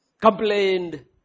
complained